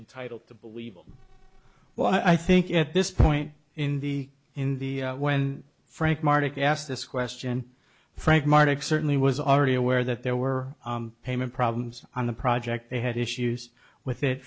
on title to believe i'm well i think at this point in the in the when frank martic asked this question frank martic certainly was already aware that there were payment problems on the project they had issues with it